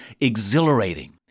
exhilarating